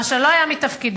מה שלא היה מתפקידו.